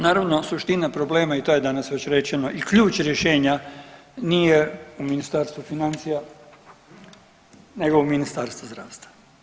Naravno suština problema i to je danas već rečeno i ključ rješenja nije u Ministarstvu financija nego u Ministarstvu zdravstva.